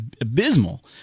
abysmal